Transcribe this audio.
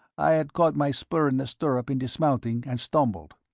i had caught my spur in the stirrup in dismounting, and stumbled.